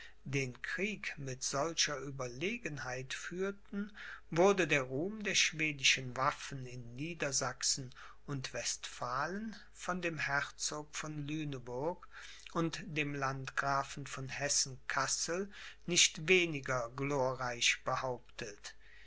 den krieg mit solcher ueberlegenheit führten wurde der ruhm der schwedischen waffen in niedersachen und westphalen von dem herzog von lüneburg und dem landgrafen von hessen kassel nicht weniger glorreich behauptet